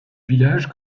village